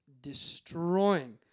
destroying